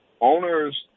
Owners